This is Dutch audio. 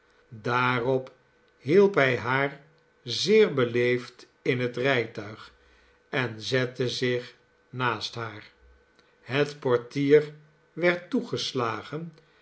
daarop hielp hij haar zeer beleefd in het rijtuig en zette zich naast haar het portier werd toegeslagen